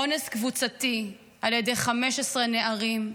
שנאנסה אונס קבוצתי על ידי 15 נערים,